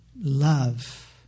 love